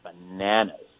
bananas